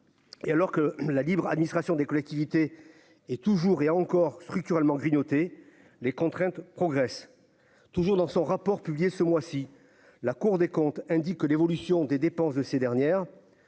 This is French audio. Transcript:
et alors que la libre administration des collectivités et toujours et encore structurellement grignoter les contraintes progresse toujours dans son rapport publié ce mois-ci la Cour des comptes, indique que l'évolution des dépenses de ces dernières